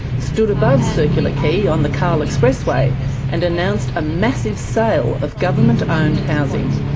stood above circular quay on the cahill expressway and announced a massive sale of government owned housing.